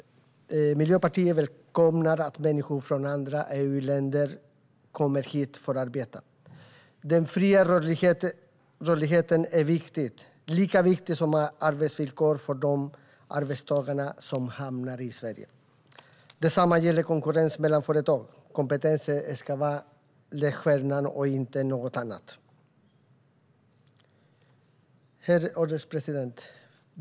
Miljöpartiet välkomnar att människor från andra EU-länder kommer hit för att arbeta. Den fria rörligheten är viktig, lika viktig som arbetsvillkor, för de arbetstagare som hamnar i Sverige. Detsamma gäller konkurrensen mellan företag. Kompetensen och inget annat ska vara ledstjärnan. Herr ålderspresident!